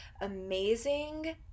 amazing